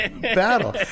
battle